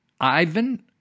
Ivan